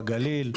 בגליל.